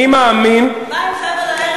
אני מאמין, מה עם אור-כשדים?